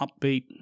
upbeat